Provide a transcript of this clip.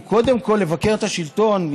הוא קודם כול לבקר את השלטון,